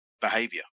behavior